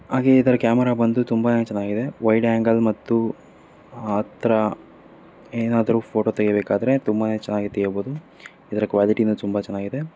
ಹಾಗೆ ಇದರ ಕ್ಯಾಮರಾ ಬಂದು ತುಂಬಾ ಚೆನ್ನಾಗಿದೆ ವೈಡ್ ಆ್ಯಂಗಲ್ ಮತ್ತು ಹತ್ರ ಏನಾದ್ರು ಫೋಟೊ ತೆಗಿಬೇಕಾದರೆ ತುಂಬಾ ಚೆನ್ನಾಗಿ ತೆಗೆಯಬೌದು ಇದ್ರ ಕ್ವ್ಯಾಲಿಟಿನು ತುಂಬಾ ಚೆನ್ನಾಗಿದೆ